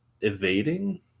evading